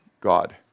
God